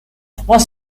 trois